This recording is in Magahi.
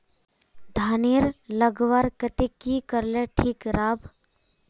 धानेर लगवार केते की करले ठीक राब?